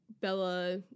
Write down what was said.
Bella